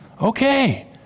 Okay